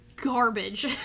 garbage